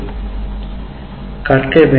இது இரண்டாவது கொள்கை ஆகும்